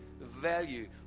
Value